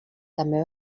també